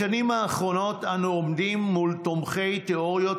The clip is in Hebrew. בשנים האחרונות אנו עומדים מול תומכי תיאוריות